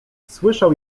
słyszał